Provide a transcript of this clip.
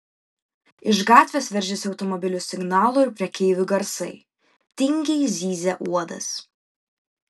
iš gatvės veržėsi automobilių signalų ir prekeivių garsai tingiai zyzė uodas